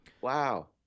Wow